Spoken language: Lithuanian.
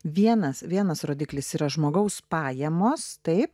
vienas vienas rodiklis yra žmogaus pajamos taip